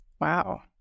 wow